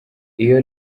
iyo